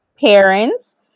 parents